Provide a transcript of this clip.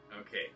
Okay